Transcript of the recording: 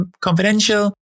confidential